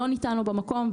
לא ניתן לו במקום,